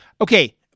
okay